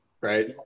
right